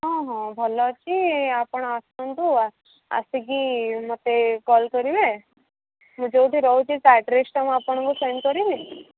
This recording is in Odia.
ହଁ ହଁ ଭଲ ଅଛି ଆପଣ ଆସନ୍ତୁ ଆସିକି ମୋତେ କଲ୍ କରିବେ ମୁଁ ଯୋଉଠି ରହୁଛି ତା ଆଡ୍ରେସଟା ମୁଁ ଆପଣଙ୍କୁ ସେଣ୍ଡ କରିବି